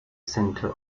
centre